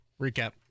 recap